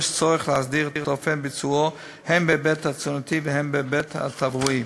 יש צורך להסדיר את אופן ביצועו הן בהיבט התזונתי והן בהיבט התברואי.